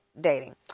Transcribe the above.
dating